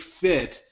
fit